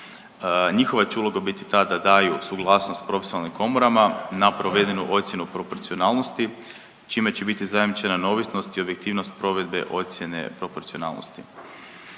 Njihova će uloga biti ta da daju suglasnost profesionalnim komorama na provedenu ocjenu proporcionalnosti, čime će biti zajamčena neovisnost i objektivnost provedbe ocjene proporcionalnosti.